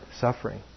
suffering